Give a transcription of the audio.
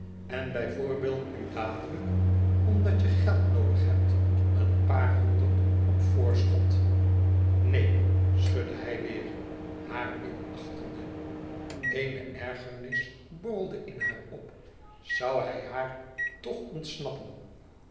en bijvoorbeeld nu dadelijk omdat je geld noodig hebt een paar honderd op voorschot neen schudde hij weêr haar minachtende eene ergernis borrelde in haar op zoû hij haar toch ontsnappen